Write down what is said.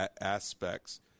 aspects